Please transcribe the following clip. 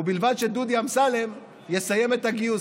ובלבד שדודי אמסלם יסיים את הגיוס.